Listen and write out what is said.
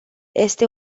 este